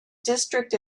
district